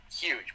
huge